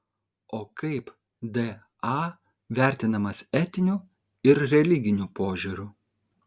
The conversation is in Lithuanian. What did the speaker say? o kaip da vertinimas etiniu ir religiniu požiūriu